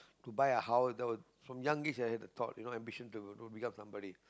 to buy house that was from young age I had a thought you know ambition to to become somebody